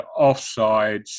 offsides